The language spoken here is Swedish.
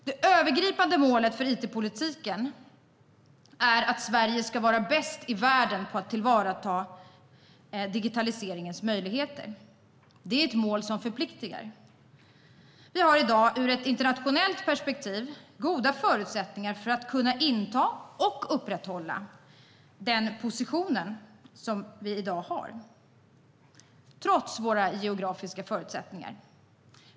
Det övergripande målet för it-politiken är att Sverige ska vara bäst i världen på att tillvarata digitaliseringens möjligheter. Det är ett mål som förpliktar. Vi har i dag ur ett internationellt perspektiv goda förutsättningar för att kunna inta och upprätthålla den position som vi har, trots våra geografiska förutsättningar.